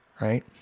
Right